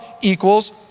equals